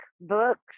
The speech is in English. books